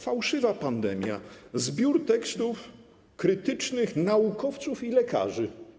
Fałszywa pandemia” - zbiór tekstów krytycznych naukowców i lekarzy.